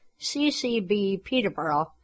ccbpeterborough